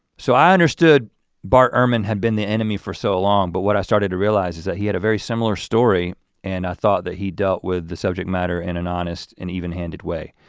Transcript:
so i understood bart ehrman had been the enemy for so long but what i started to realize is that he had a very similar story and i thought that he dealt with the subject matter in an honest and even-handed way.